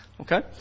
Okay